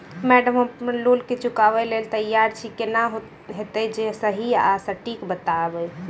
Madam हम अप्पन loan केँ चुकाबऽ लैल तैयार छी केना हएत जे सही आ सटिक बताइब?